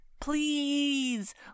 please